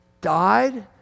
died